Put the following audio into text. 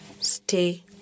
stay